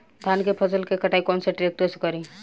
धान के फसल के कटाई कौन सा ट्रैक्टर से करी?